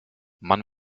man